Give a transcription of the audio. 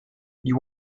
you